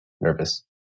nervous